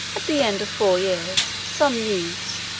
at the end of four years, some youths,